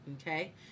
okay